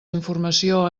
informació